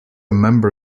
member